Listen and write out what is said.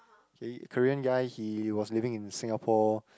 okay Korean guy he was living in Singapore